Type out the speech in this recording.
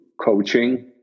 coaching